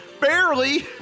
Barely